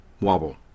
wobble